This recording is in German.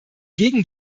gegen